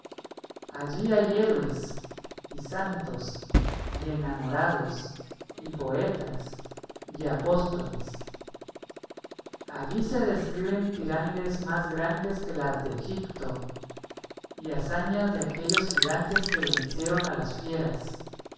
allí hay héroes y santos y enamorados y poetas y apóstoles allí se describen pirámides mas grandes que las de egipto y hazañas de aquellos gigantes que vencieron a las fieras